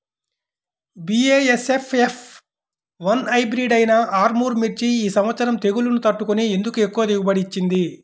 BASF F one hybrid అయినా ఆర్ముర్ మిర్చి ఈ సంవత్సరం తెగుళ్లును తట్టుకొని ఎందుకు ఎక్కువ దిగుబడి ఇచ్చింది?